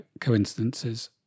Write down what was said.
coincidences